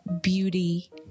beauty